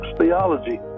theology